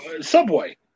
Subway